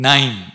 Nine